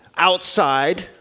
Outside